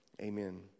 Amen